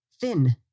thin